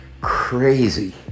crazy